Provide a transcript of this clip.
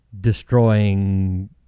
destroying